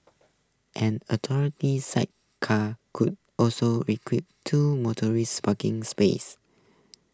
an alternately sidecar could also require two motor sparking spaces